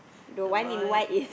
the boy